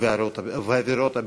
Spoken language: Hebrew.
ובעבירות ביטחון.